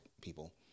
people